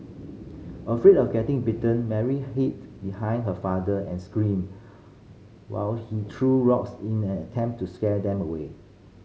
afraid of getting bitten Mary hid behind her father and screamed while he threw rocks in an attempt to scare them away